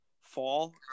fall